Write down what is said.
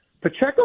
Pacheco